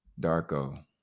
Darko